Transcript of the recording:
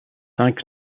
cinq